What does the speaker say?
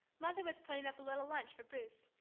mother was putting up a little lunch for bruce.